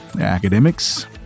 academics